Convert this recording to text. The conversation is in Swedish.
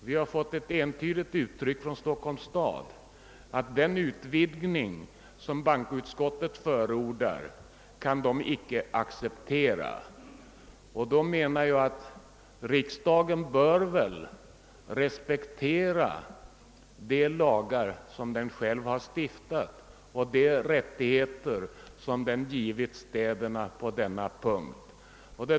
Vi har från Stockholms stad fått ett entydigt uttryck för att den utvidgning som bankoutskottet förordar icke kan av staden accepteras. Då bör riksdagen enligt min mening respektera de lagar som den själv har stiftat och de rättigheter som den givit städerna på denna punkt.